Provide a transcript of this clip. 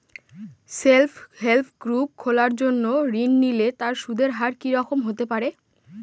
Self help group খোলার জন্য ঋণ নিলে তার সুদের হার কি রকম হতে পারে?